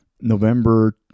november